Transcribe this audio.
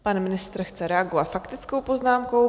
Pan ministr chce reagovat faktickou poznámkou.